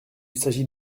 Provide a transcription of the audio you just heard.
s’agit